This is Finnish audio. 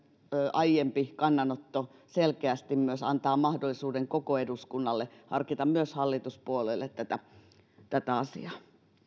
aiempi kannanotto selkeästi myös antaa mahdollisuuden koko eduskunnalle myös hallituspuolueille harkita tätä asiaa